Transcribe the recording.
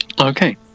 Okay